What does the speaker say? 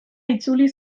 itzuli